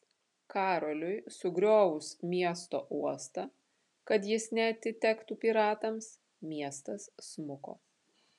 karoliui sugriovus miesto uostą kad jis neatitektų piratams miestas smuko